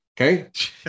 okay